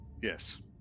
Yes